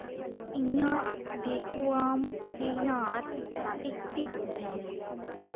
ᱤᱧᱟᱹᱜ vacuum cleaner active ᱢᱮ